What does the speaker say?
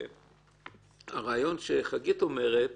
הרעיון שחגית אומרת